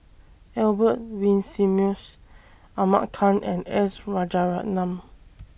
Albert Winsemius Ahmad Khan and S Rajaratnam